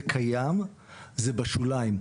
זה קיים; זה בשוליים.